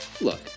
Look